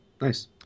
Nice